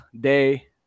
day